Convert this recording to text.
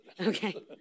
Okay